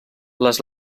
les